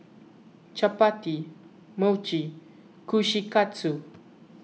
Chapati Mochi and Kushikatsu